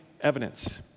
evidence